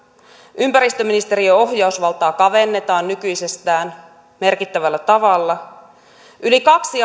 ympäristöministeriön ohjausvaltaa kavennetaan nykyisestään merkittävällä tavalla yli kaksi